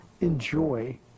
enjoy